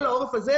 כל העורק הזה,